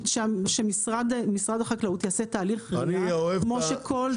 שמשרד החקלאות יעשה תהליך ריאה כמו שכל --- אני